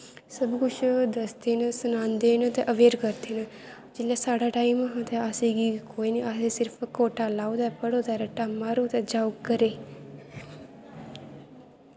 सब किश दस्सदे न सनांदे न अवैर करदे न जिसलै साढ़ा टैम हा तां असें गी कोई निं आखदे सिर्फ कोटा लाओ ते पढ़ो ते रट्टा मारो ते जाओ घरे गी